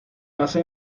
basa